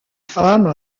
femmes